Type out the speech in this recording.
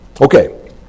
Okay